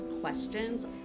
questions